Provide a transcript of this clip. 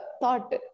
thought